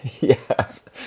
yes